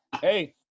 hey